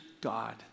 God